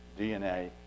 DNA